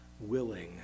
willing